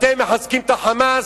אתם מחזקים את ה"חמאס".